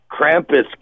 Krampus